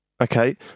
Okay